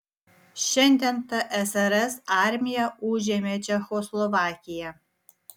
šiandien tsrs armija užėmė čekoslovakiją